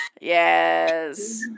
Yes